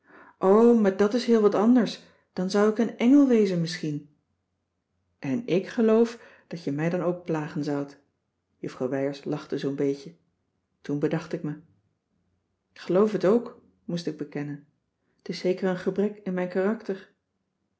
maar dat is heel wat anders dan zou ik een engel wezen misschien en k geloof dat je mij dan ook plagen zoudt juffrouw wijers lachte zoo'n beetje toen bedacht ik me ik geloof het ook moest ik bekennen het is zeker een gebrek in mijn karakter